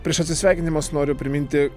prieš atsisveikindamas noriu priminti